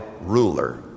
ruler